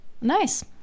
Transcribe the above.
Nice